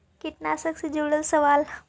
कीटनाशक से जुड़ल सवाल?